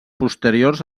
posteriors